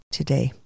today